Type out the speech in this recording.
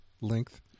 Length